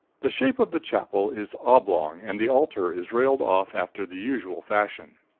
the shape of the chapel is oblong, and the altar is railed off after the usual fashion.